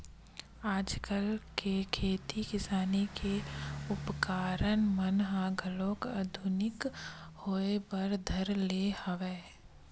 आजकल के खेती किसानी के उपकरन मन ह घलो आधुनिकी होय बर धर ले हवय